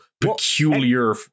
peculiar